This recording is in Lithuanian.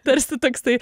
tarsi toksai